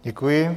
Děkuji.